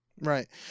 Right